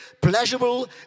pleasurable